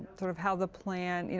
sort of how the plan,